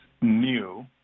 new